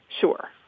sure